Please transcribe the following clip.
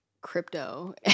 crypto